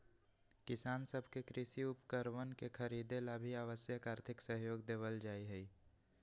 किसान सब के कृषि उपकरणवन के खरीदे ला भी आवश्यक आर्थिक सहयोग देवल जाहई